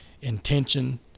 intention